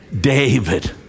David